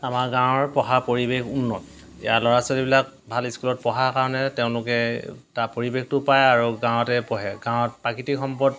আমাৰ গাঁৱৰ পঢ়া পৰিৱেশ উন্নত ইয়াৰ ল'ৰা ছোৱালীবিলাক ভাল স্কুলত পঢ়াৰ কাৰণে তেওঁলোকে তাৰ পৰিৱেশটো পায় আৰু গাঁৱতে পঢ়ে গাঁৱত প্ৰাকৃতিক সম্পদ